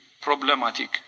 problematic